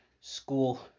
School